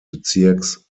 bezirks